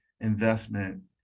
investment